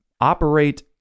operate